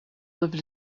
lived